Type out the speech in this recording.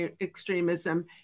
extremism